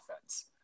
offense